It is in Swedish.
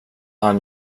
han